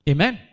Amen